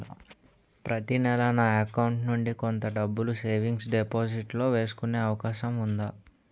ప్రతి నెల నా అకౌంట్ నుండి కొంత డబ్బులు సేవింగ్స్ డెపోసిట్ లో వేసుకునే అవకాశం ఉందా?